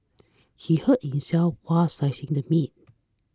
he hurt himself while slicing the meat